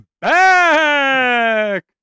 back